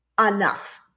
enough